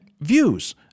views